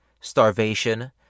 Starvation